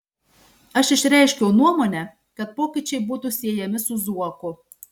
aš išreiškiau nuomonę kad pokyčiai būtų siejami su zuoku